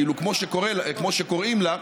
כמו שקוראים לה,